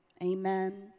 amen